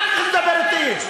אחר כך תדבר אתי,